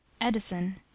Edison